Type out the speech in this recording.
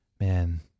man